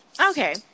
Okay